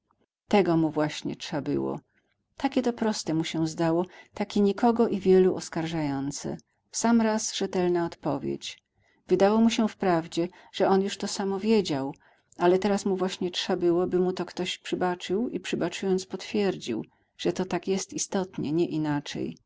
tego mu właśnie trza było takie to proste mu się zdało takie nikogo i wielu oskarżające w sam raz rzetelna odpowiedź wydało mu się wprawdzie że on już to samo wiedział ale teraz mu właśnie trza było by mu to ktoś przybaczył i przybaczując potwierdził że to tak jest istotnie nie inaczej